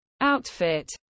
outfit